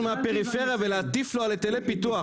מהפריפריה ולהטיף לו על היטלי פיתוח.